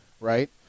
right